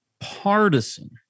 Partisan